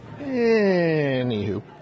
Anywho